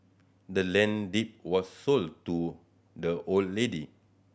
the land deed was sold to the old lady